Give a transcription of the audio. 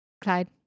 Clyde